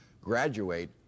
graduate